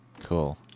cool